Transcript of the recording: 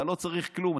אתה לא צריך כלום.